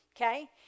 Okay